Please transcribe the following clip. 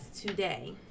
today